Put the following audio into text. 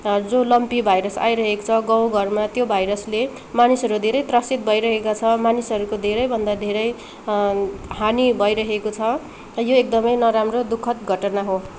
जो lumpy virus आइरहेको छ गाउँघरमा त्यो भाइरसले मानिसहरू धेरै त्रसित भइरहेको छ मानिसहरूको धेरै भन्दा धेरै हानी भइरहेको छ यो एकदमै नराम्रो दु खद् घटना हो